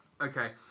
Okay